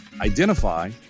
identify